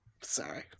Sorry